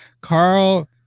Carl